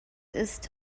ist